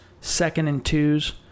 second-and-twos